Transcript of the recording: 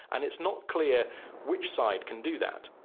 and it's not clear which side can do that.